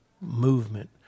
movement